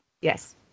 Yes